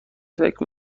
فکر